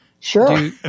Sure